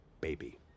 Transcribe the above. Baby